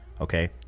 okay